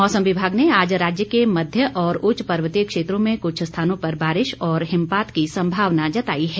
मौसम विभाग ने आज राज्य के मध्य और उच्च पर्वतीय क्षेत्रों में कुछ स्थानों पर बारिश व हिमपात की संभावना जताई है